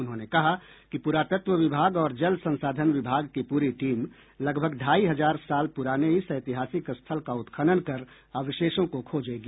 उन्होंने कहा कि पुरातत्व विभाग और जल संसाधन विभाग की पूरी टीम लगभग ढाई हजार साल पुराने इस ऐतिहासिक स्थल का उत्खनन कर अवशेषों को खोजेगी